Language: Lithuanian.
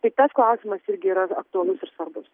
tai tas klausimas irgi yra aktualus ir svarbus